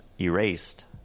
erased